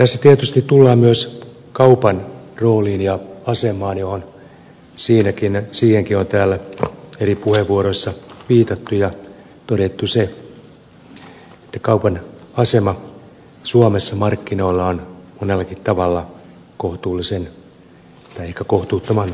tässä tietysti tullaan myös kaupan rooliin ja asemaan johon siihenkin on täällä eri puheenvuoroissa viitattu ja todettu se että kaupan asema suomessa markkinoilla on monellakin tavalla kohtuullisen tai ehkä kohtuuttoman voimakas